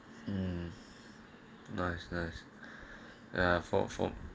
um nice nice ya for for